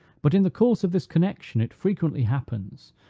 but in the course of this connection it frequently happens,